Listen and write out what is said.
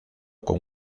con